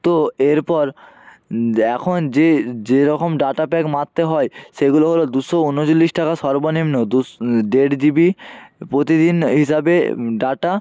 তো এরপর এখন যে যেরকম ডাটা প্যাক মারতে হয় সেগুলো হলো দুশো উনচল্লিশ টাকা সর্বনিম্ন দুশো দেড় জি বি প্রতিদিন হিসাবে ডাটা